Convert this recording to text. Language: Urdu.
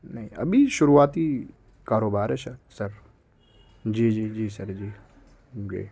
نہیں ابھی شروعاتی کاروبار ہے شر سر جی جی جی سر جی جی